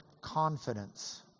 confidence